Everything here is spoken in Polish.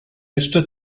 jeszcze